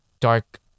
dark